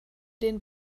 den